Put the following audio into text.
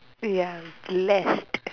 ya blessed